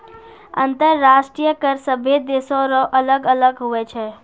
अंतर्राष्ट्रीय कर सभे देसो रो अलग अलग हुवै छै